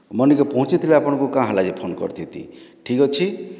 ମନିକେ ପହଞ୍ଚିଥିଲେ ଆପଣଙ୍କୁ କାଁ ହେଲା ଯେ ଫୋନ୍ କରିଥିତି ଠିକ୍ ଅଛି